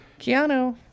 Keanu